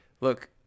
look